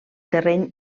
terreny